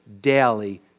daily